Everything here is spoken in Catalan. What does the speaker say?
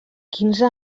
quinze